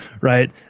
right